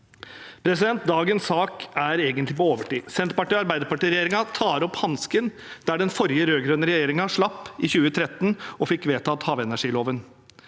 Dagens sak er egentlig på overtid. Arbeiderparti– Senterparti-regjeringen tar opp hansken der den forrige rød-grønne regjeringen slapp i 2013 og fikk vedtatt havenergiloven.